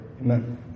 Amen